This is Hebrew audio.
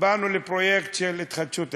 באנו לפרויקט של התחדשות עירונית,